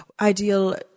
ideal